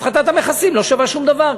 הפחתת המכסים לא שווה שום דבר,